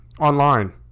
online